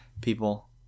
people